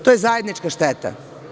To je zajednička šteta.